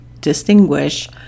distinguish